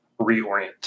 reorient